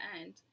end